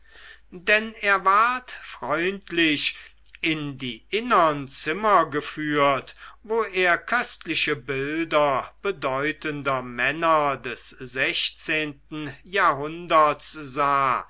denn er ward freundlich in die innern zimmer geführt wo er köstliche bilder bedeutender männer des sechzehnten jahrhunderts sah